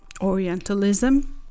orientalism